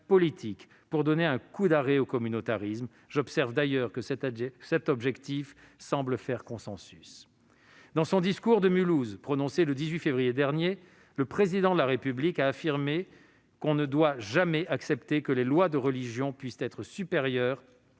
de donner un coup d'arrêt au communautarisme- j'observe d'ailleurs que cet objectif semble faire consensus. Dans son discours prononcé à Mulhouse le 18 février dernier, le Président de la République a affirmé qu'« on ne doit jamais accepter que les lois de la religion puissent être supérieures